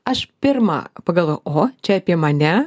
aš pirma pagalvojau oho čia apie mane